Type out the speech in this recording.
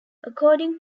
according